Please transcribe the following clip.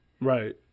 Right